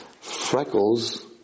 Freckles